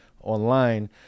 online